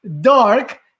dark